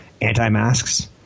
anti-masks